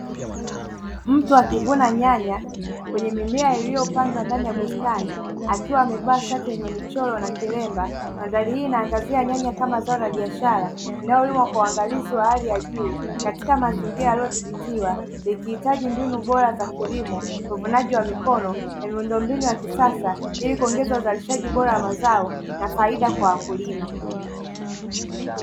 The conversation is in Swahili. Mtu akivuna nyanya kwenye mimea iliyopandwa kwenye bustani akiwa mandhari hii inaangazia kama nyanya ni zao la biashara linalolimwa kwa ungalizi wa hali ya juu katika mazingira yaliyodhibitiwa kuhitaji mbinu za kilimo uvunaji wa mikono ili kurahisisha mazao na faida kwa wakulima.